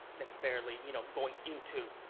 necessarily, you know, going into